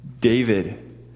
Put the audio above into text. David